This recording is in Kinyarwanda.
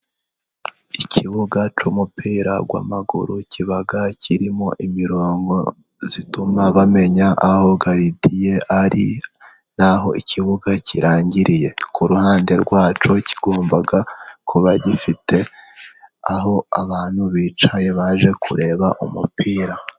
Ikibuga cy'umupira w'amaguru kiba kirimo imirongo ituma bamenya aho garidiye ari, n'aho ikibuga kirangiriye. Ku ruhande rwacyo kigomba kuba gifite aho abantu bicaye baje kureba umupira.